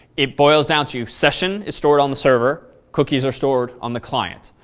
it boils down to session is stored on the server, cookies are stored on the client.